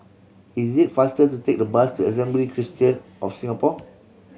is it faster to take the bus to Assembly Christian of Singapore